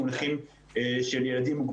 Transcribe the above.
רציתי קודם כול לדבר על מונחים של ילדים עם מוגבלות